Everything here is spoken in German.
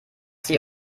sie